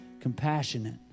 compassionate